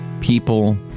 people